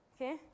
okay